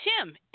Tim